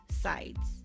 sides